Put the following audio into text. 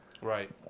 Right